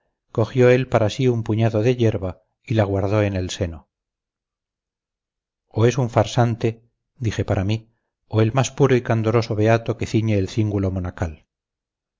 cogió él para sí un puñado de yerba y la guardó en el seno o es un farsante dije para mí o el más puro y candoroso beato que ciñe el cíngulo monacal